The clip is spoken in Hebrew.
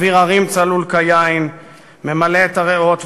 אוויר ההרים הצלול כיין ממלא את הריאות,